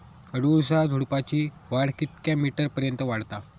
अडुळसा झुडूपाची वाढ कितक्या मीटर पर्यंत वाढता?